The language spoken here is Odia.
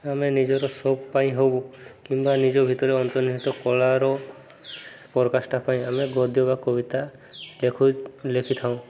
ଆମେ ନିଜର ସଉକ ପାଇଁ ହଉ କିମ୍ବା ନିଜ ଭିତରେ ଅନ୍ତର୍ନିହିତ କଳାର ପ୍ରରକାଷ୍ଠା ପାଇଁ ଆମେ ଗଦ୍ୟ ବା କବିତା ଲେଖିଥାଉଁ